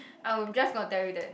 I am just gonna tell you that